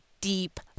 deep